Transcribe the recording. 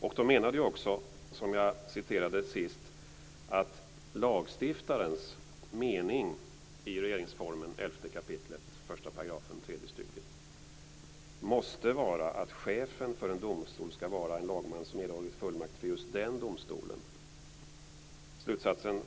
Domareförbundet menar också, vilket jag har citerat, att lagstiftarens mening i regeringsformen 11 kap. 1 § tredje stycket måste vara att chefen för en domstol skall vara en lagman som erhållit fullmakt för just den domstolen.